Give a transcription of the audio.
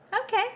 Okay